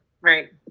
Right